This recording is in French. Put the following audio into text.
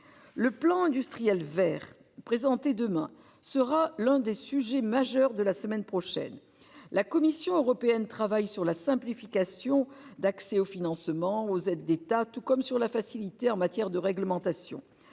Le plan industriel vers présenté demain sera l'un des sujets majeurs de la semaine prochaine. La Commission européenne travaille sur la simplification d'accès aux financements aux aides d'État tout comme sur la facilité en matière de réglementation.